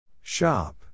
Shop